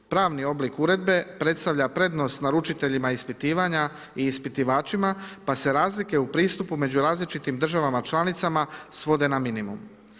Pravni oblik uredbe predstavlja prednost naručiteljima ispitivanja i ispitivačima pa se razlike u pristupu među različitim državama članicama svode na minimum.